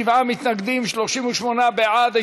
47 מתנגדים, 38 בעד.